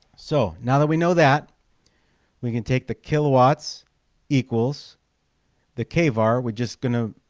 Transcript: so now that we know that we can take the kilowatts equals the kvar we're just going to